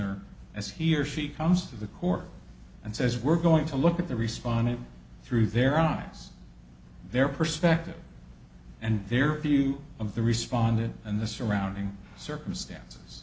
er as he or she comes to the court and says we're going to look at the responding through their eyes their perspective and their view of the responded and the surrounding circumstances